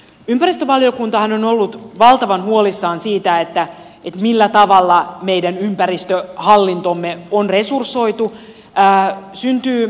ympäristövaliokuntahan on ollut valtavan huolissaan siitä millä tavalla meidän ympäristöhallintomme on resursoitu